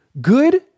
good